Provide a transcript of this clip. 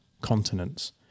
continents